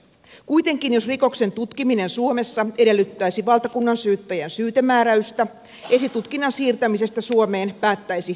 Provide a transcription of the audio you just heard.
kuitenkin jos rikoksen tutkiminen suomessa edellyttäisi valtakunnansyyttäjän syytemääräystä esitutkinnan siirtämisestä suomeen päättäisi syyttäjä